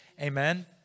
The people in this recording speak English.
Amen